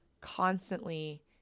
constantly